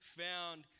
found